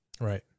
Right